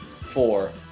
four